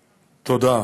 תודה.